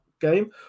game